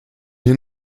hier